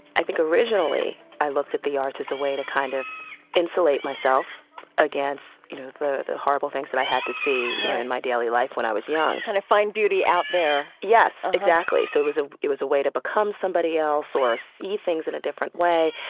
i think, originally, i looked at the arts as a way to kind of insulate myself against, you know, the the horrible things that i had to see, right, you know, in my daily life when i was young kind of find beauty out there yes, exactly. so it was ah it was a way to become somebody else or see things in a different way.